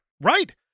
Right